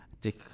Dick